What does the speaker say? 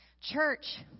Church